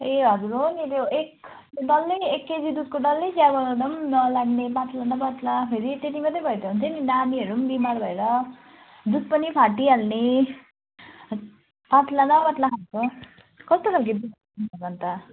ए हजुर हो नी त्यो एक डल्लै एक केजी दुधको डल्लै चिया बनाउँदा पनि लाग्ने पतला न पतला फेरि त्यति मात्रै भए त हुन्थ्यो नि नानीहरू पनि बिमार भएर दुध पनि फाटी हाल्ने पतला न पतला खाल्को कस्तो खाल्के दुध अन्त